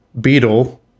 Beetle